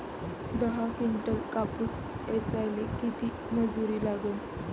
दहा किंटल कापूस ऐचायले किती मजूरी लागन?